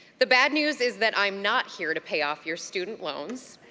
the bad news is that i'm not here to pay off your student loans.